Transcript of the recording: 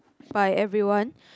by everyone